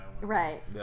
right